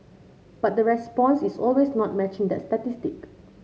but the response is always not matching that statistic